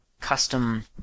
custom